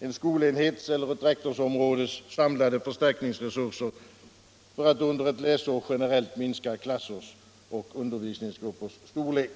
en skolenhets eller ett rektorsområdes samlade förstärkningsresurser för att under ett läsår generellt minska klassers och undervisningsgruppers storlek.